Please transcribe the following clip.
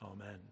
Amen